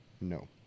No